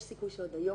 יש סיכוי שעוד היום.